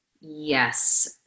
Yes